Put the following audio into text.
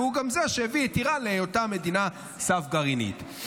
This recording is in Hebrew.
והוא גם זה שהביא את איראן להיותה מדינה סף גרעינית.